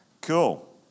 Cool